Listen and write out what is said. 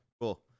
cool